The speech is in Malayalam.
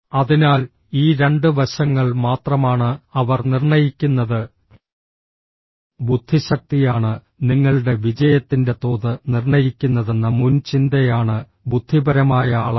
അതിനാൽ ഈ രണ്ട് വശങ്ങൾ മാത്രമാണ് അവർ നിർണ്ണയിക്കുന്നത് ബുദ്ധിശക്തിയാണ് നിങ്ങളുടെ വിജയത്തിന്റെ തോത് നിർണ്ണയിക്കുന്നതെന്ന മുൻ ചിന്തയാണ് ബുദ്ധിപരമായ അളവ്